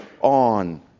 on